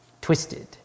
twisted